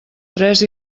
tres